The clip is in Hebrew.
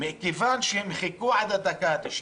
אבל מכיוון שהם חיכו עד הדקה ה-90...